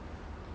ya